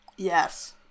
Yes